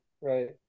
Right